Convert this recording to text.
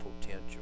potential